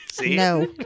No